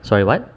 sorry what